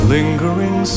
Lingering